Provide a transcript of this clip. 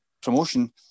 promotion